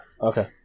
okay